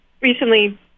recently